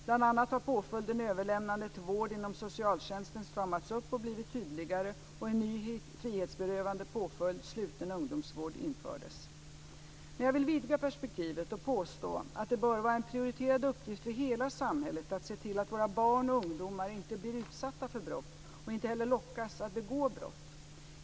Bl.a. har påföljden överlämnande till vård inom socialtjänsten stramats upp och blivit tydligare, och en ny frihetsberövande påföljd, sluten ungdomsvård, infördes. Men jag vill vidga perspektivet och påstå att det bör vara en prioriterad uppgift för hela samhället att se till att våra barn och ungdomar inte blir utsatta för brott och inte heller lockas att begå brott.